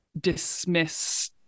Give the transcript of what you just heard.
dismiss